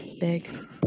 Big